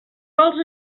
vols